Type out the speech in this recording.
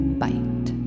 bite